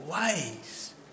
ways